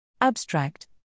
Abstract